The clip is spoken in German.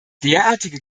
derartige